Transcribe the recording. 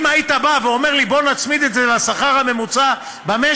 אם היית בא ואומר לי: בוא נצמיד את זה לשכר הממוצע במשק,